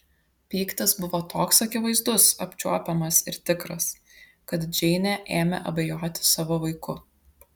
pyktis buvo toks akivaizdus apčiuopiamas ir tikras kad džeinė ėmė abejoti savo vaiku